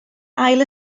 ail